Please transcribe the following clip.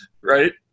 right